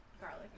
garlic